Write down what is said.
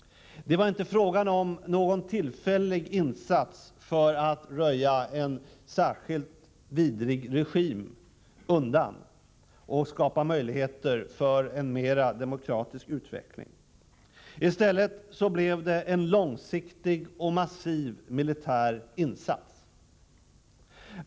Det var inte fråga om någon tillfällig insats för att undanröja en särskilt vidrig regim och skapa möjligheter för en mer demokratisk utveckling. I stället blev det en långsiktig och massiv militär insats.